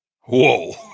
whoa